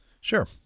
sure